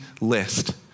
list